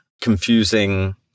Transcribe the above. confusing